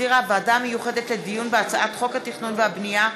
שהחזירה הוועדה המיוחדת לדיון בהצעת חוק התכנון והבנייה (תיקון,